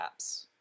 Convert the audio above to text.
apps